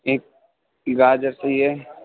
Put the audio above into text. ایک گاجر چاہیے